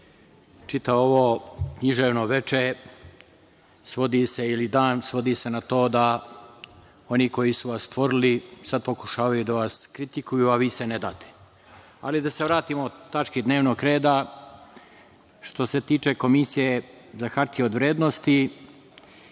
čitavo ovo književno veče ili dan, svodi se na to da oni koji su vas stvorili, sad pokušavaju da vas kritikuju, a vi se ne date. Ali da se vratimo tački dnevnog reda. Što se tiče Komisije za hartije od vrednosti,